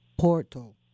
Porto